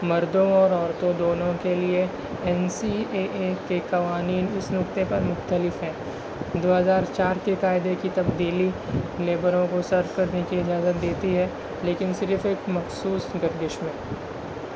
مردوں اور عورتوں دونوں کے لیے این سی اے اے کے قوانین اس نکتے پر مختلف ہیں دوہزار چار کے قاعدے کی تبدیلی لیبروں کو سرو کرنے کی اجازت دیتی ہے لیکن صرف ایک مخصوص گردش میں